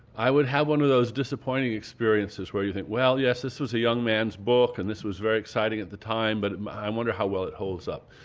i would have one of those disappointing experiences where you think, well, yes, this was a young man's book, and this was very exciting at the time, but i wonder how well it holds up.